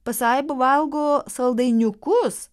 pasaiba valgo saldainiukus